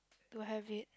do I have it